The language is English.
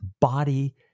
body